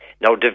Now